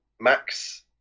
Max